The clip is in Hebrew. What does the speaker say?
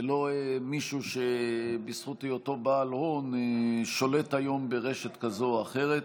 ולא מישהו שבזכות היותו בעל הון שולט היום ברשת כזו או אחרת.